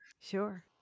Sure